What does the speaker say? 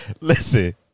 Listen